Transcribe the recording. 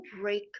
break